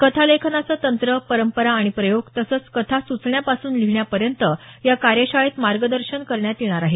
कथालेखनाचं तंत्र परंपरा आणि प्रयोग तसंच कथा सुचण्यापासून लिहिण्यापर्यंत या कार्यशाळेत मार्गदर्शन करण्यात येणार आहे